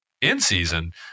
in-season